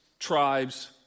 tribes